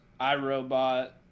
iRobot